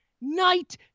night